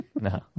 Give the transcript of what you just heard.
No